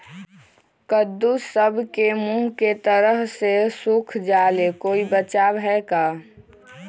कददु सब के मुँह के तरह से सुख जाले कोई बचाव है का?